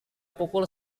pukul